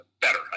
better